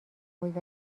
بود